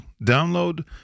download